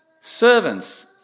servants